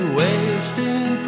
wasting